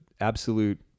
absolute